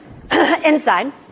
inside